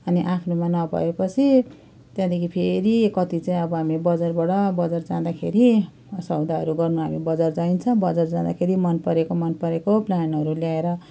अनि आफ्नोमा नभए पछि त्यहाँदेखि फेरि कति चाहिँ अब हामी बजारबाट बजार जाँदाखेरि अब सौदाहरू गर्न हामी बजार जाइन्छ बजार जाँदाखेरि मन परेको मन परेको प्लान्टहरू ल्याएर